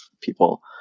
people